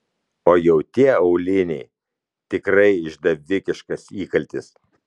o jau tie auliniai tikrai išdavikiškas įkaltis